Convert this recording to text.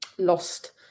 lost